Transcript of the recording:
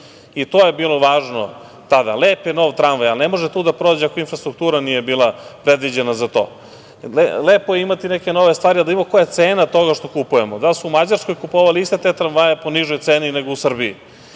i to je bilo važno tada. Lep je nov tramvaj, ali ne može to da prođe ako infrastruktura nije bila predviđena za to. Lepo je imati neke nove stvari, ali da vidimo koja je cena toga što kupujemo. Da li su Mađarskoj kupovali iste te tramvaje po nižoj ceni, nego u Srbiji?